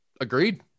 Agreed